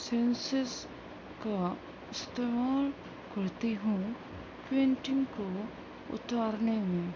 senses کا استعمال کرتی ہوں پینٹنگ کو اتارنے میں